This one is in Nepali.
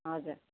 हजुर